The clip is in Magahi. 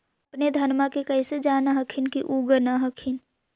अपने धनमा के कैसे जान हखिन की उगा न हखिन?